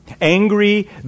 Angry